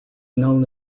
known